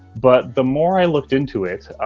but the more i looked into it,